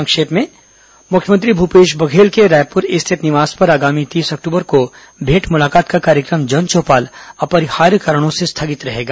संक्षिप्त समाचार मुख्यमंत्री भूपेश बघेल के रायपुर स्थित निवास में आगामी तीस अक्टूबर को भेंट मुलाकात का कार्य क्र म जनचौपाल अपरिहार्य कारणों से स्थगित रहेगा